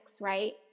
right